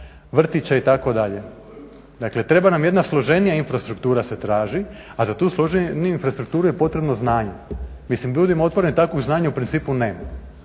vrtića itd. dakle treba nam jedna složenija infrastruktura se traži, a za tu složeniju infrastrukturu je potrebno znanje. Mislim … znanje u principu nema.